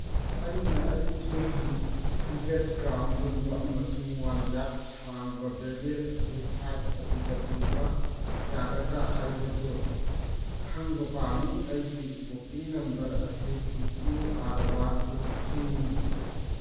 ꯑꯩꯅ ꯑꯩꯒꯤ hundred gram ꯂꯨꯝꯕ ꯑꯃꯁꯨꯡ ꯋꯥꯟ ꯌꯥꯔꯠ ꯁꯥꯡꯕ ꯕꯦꯒꯦꯁ ꯑꯁꯤ ꯐ꯭ꯂꯥꯏꯠ ꯑꯗꯨꯗ ꯄꯨꯕ ꯌꯥꯒꯗ꯭ꯔ ꯍꯥꯏꯕꯗꯨ ꯈꯪꯕ ꯄꯥꯝꯃꯤ ꯑꯩꯒꯤ ꯕꯣꯛꯀꯤꯡ ꯅꯝꯕꯔ ꯑꯁꯤ P Q R one two ꯊ꯭ꯔꯤꯅꯤ